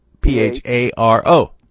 P-H-A-R-O